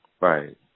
Right